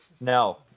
No